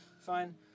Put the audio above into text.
Fine